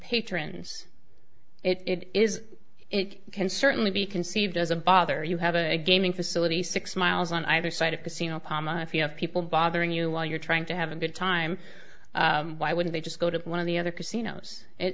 patrons it is it can certainly be conceived as a bother you have a gaming facility six miles on either side of pacino pama if you have people bothering you while you're trying to have a good time why would they just go to one of the other casinos